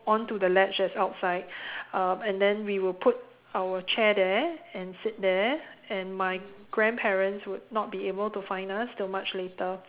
onto the ledge that's outside uh and then we will put our chair there and sit there and my grandparents would not be able to find us till much later